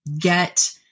get